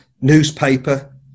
newspaper